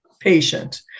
patient